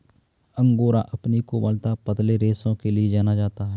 angora अपनी कोमलता, पतले रेशों के लिए जाना जाता है